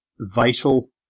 vital